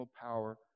power